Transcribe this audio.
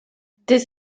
this